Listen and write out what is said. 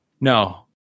No